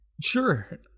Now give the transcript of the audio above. Sure